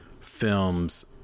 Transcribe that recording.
films